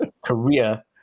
Korea